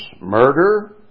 murder